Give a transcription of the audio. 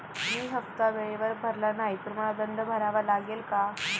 मी हफ्ता वेळेवर भरला नाही तर मला दंड भरावा लागेल का?